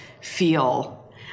feel